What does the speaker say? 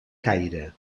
caire